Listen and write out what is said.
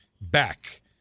back